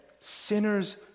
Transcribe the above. sinners